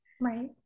Right